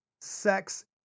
Sex